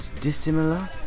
dissimilar